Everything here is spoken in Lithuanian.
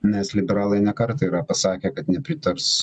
nes liberalai ne kartą yra pasakę kad nepritars